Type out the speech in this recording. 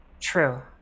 True